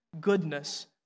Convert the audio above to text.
goodness